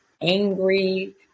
angry